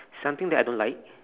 something that I don't like